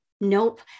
Nope